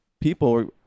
people